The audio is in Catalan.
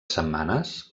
setmanes